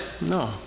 No